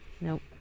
Nope